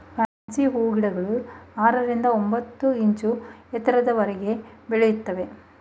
fancy ಹೂಗಿಡಗಳು ಆರರಿಂದ ಒಂಬತ್ತು ಇಂಚು ಎತ್ತರದವರೆಗೆ ಬೆಳಿತವೆ